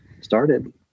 started